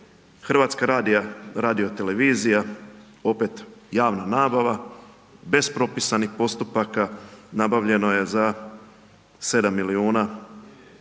osvrnuo se na dvije točke, HRT opet javna nabava, bez propisanih postupaka nabavljeno je za 7 milijuna kuna,